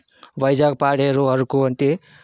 వైజాగ్ పాడేరు అరకు వంటి